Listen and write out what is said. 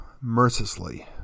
mercilessly